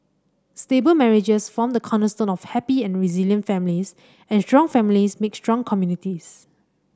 stable marriages form the cornerstone of happy and resilient families and strong families make strong communities